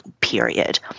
period